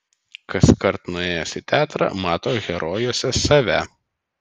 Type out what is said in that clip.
kaskart nuėjęs į teatrą mato herojuose save